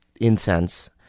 incense